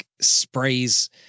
sprays